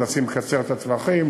מנסים לקצר את הטווחים,